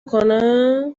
کنه